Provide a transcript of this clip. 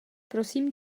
prosím